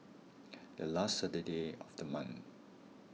the last Saturday of the month